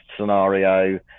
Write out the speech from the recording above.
scenario